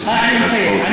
אני מסיים.